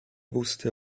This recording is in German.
wusste